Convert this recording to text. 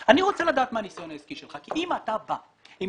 שאני רוצה לדעת מה הניסיון העסקי שלך כי אם אתה בא עם